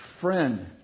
friend